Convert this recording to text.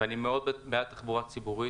ואני מאוד בעד תחבורה ציבורית,